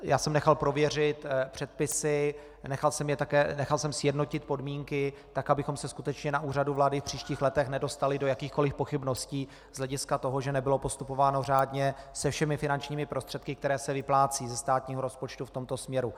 Já jsem nechal prověřit předpisy, nechal jsem sjednotit podmínky tak, abychom se skutečně na Úřadu vlády v příštích letech nedostali do jakýchkoliv pochybností z hlediska toho, že nebylo postupováno řádně se všemi finančními prostředky, které se vyplácejí ze státního rozpočtu v tomto směru.